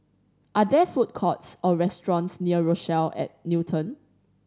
are there food courts or restaurants near Rochelle at Newton